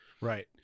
Right